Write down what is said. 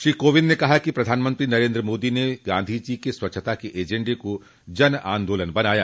श्री कोविंद ने कहा कि प्रधानमंत्री नरेन्द्र मोदी ने गांधो जी के स्वच्छता के एजेंडे को जन आन्दोलन बनाया